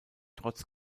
trotz